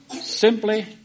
simply